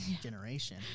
generation